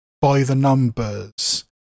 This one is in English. by-the-numbers